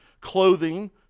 clothing